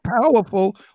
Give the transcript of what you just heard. powerful